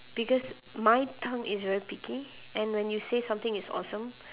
because my tongue is very picky and when you say something is awesome